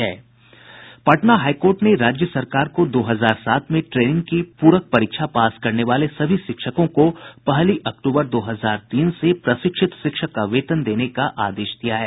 Patna high court ने राज्य सरकार को दो हजार सात में ट्रेनिंग की पूरक परीक्षा पास करने वाले सभी शिक्षकों को पहली अक्टूबर दो हजार तीन से प्रशिक्षित शिक्षक का वेतन देने का आदेश दिया है